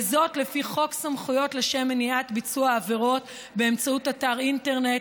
וזאת לפי חוק סמכויות לשם מניעת ביצוע עבירות באמצעות אתר אינטרנט,